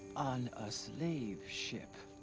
on a slave ship.